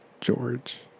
George